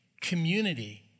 community